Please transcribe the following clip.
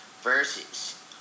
versus